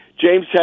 James